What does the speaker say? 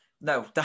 no